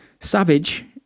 Savage